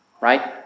right